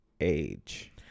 age